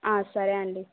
ఆ సరే అండి